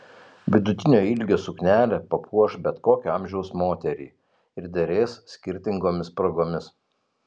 vidutinio ilgio suknelė papuoš bet kokio amžiaus moterį ir derės skirtingomis progomis